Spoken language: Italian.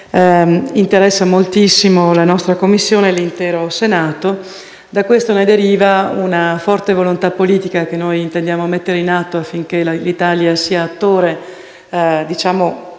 interessa moltissimo la nostra Commissione e l'intero Senato. Da questo ne deriva una forte volontà politica, che intendiamo mettere in atto affinché l'Italia sia attore con